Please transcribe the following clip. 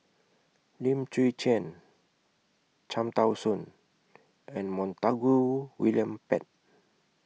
Lim Chwee Chian Cham Tao Soon and Montague William Pett